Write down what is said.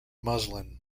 muslin